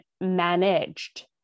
managed